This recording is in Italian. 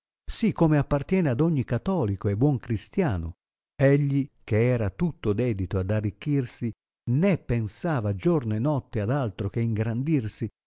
si come appartiene ad ogni catolico e buon cristiano egli che era tutto dedito ad arricchirsi né pensava giorno e notte ad altro che ingrandirsi